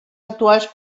actuals